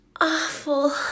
awful